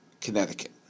Connecticut